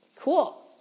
Cool